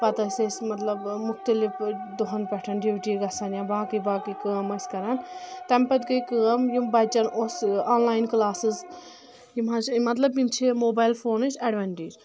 پتہٕ ٲسۍ أسۍ مطلب مختلف دۄہن پٮ۪ٹھ ڈیوٹی گژھان یا باقٕے باقٕے کٲم ٲسۍ کران تمہِ پتہٕ گٔے کٲم یِم بچن اوس آن لاین کلاسِز یِم حظ چھِ مطلب یِم چھِ موبایل فونٕچ اٮ۪ڈونٹیج